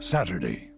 Saturday